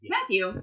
Matthew